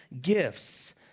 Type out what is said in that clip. gifts